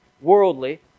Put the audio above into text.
worldly